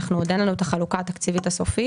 אנחנו עוד אין לנו את החלוקה התקציבית הסופית.